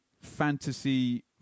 fantasy